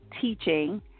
teaching